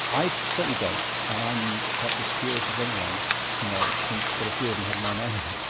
i certainly don't, and i am perhaps as curious as anyone to know, since quite a few of them had my name on